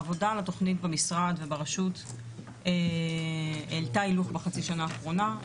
העבודה על התוכנית במשרד וברשות העלתה הילוך בחצי השנה האחרונה.